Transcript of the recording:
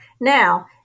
Now